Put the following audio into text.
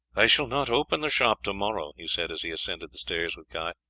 i shall not open the shop to-morrow, he said as he ascended the stairs with guy,